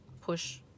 push